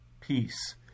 peace